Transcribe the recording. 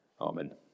Amen